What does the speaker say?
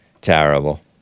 terrible